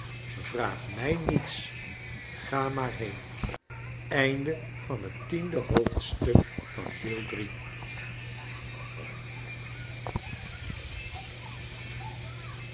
vraag mij niets ga maar heen